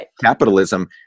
capitalism